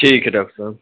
ٹھیک ہے ڈاکٹر صاحب